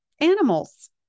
animals